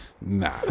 Nah